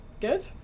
Good